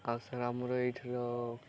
ଆଉ ସାର୍ ଆମର ଏଇଠାର